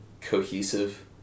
cohesive